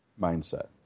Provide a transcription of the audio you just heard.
Mindset